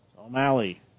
O'Malley